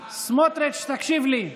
סמוטריץ', תקשיב לי.